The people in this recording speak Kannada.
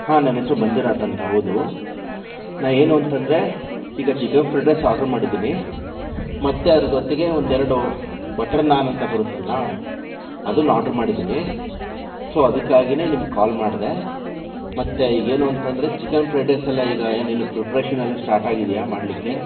ಹಾಂ ನನ್ನ ಹೆಸ್ರು ಮಂಜುನಾತ್ ಅಂತ ಹೌದು ನಾನು ಏನು ಅಂತಂದರೆ ಈಗ ಚಿಕನ್ ಫ್ರೈಡ್ ರೈಸ್ ಆರ್ಡ್ರು ಮಾಡಿದ್ದೀನಿ ಮತ್ತು ಅದ್ರ ಜೊತೆಗೆ ಒಂದೆರಡು ಬಟರ್ ನಾನ್ ಅಂತ ಬರುತ್ತಲ್ಲ ಅದನ್ ಆರ್ಡ್ರು ಮಾಡಿದ್ದೀನಿ ಸೊ ಅದಕ್ಕಾಗಿನೇ ನಿಮ್ಗೆ ಕಾಲ್ ಮಾಡಿದೆ ಮತ್ತು ಏನು ಅಂತಂದರೆ ಚಿಕನ್ ಫ್ರೈಡ್ ರೈಸ್ ಎಲ್ಲ ಈಗ ಏನು ಇನ್ನೂ ಪ್ರಿಪ್ರೇಷನ್ ಎಲ್ಲ ಸ್ಟಾರ್ಟ್ ಆಗಿದೆಯಾ ಮಾಡಲಿಕ್ಕೆ